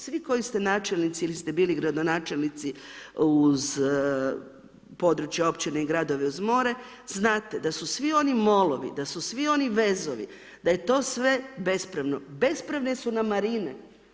Svi koji ste načelnici ili ste bili gradonačelnici uz područja općina i gradova uz more, znate da su svi oni molovi, da su svi oni vezovi, da je to sve bespravno, bespravne su nam marine.